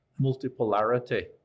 multipolarity